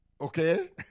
Okay